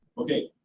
okay,